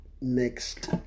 next